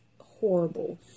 horrible